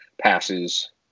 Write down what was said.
passes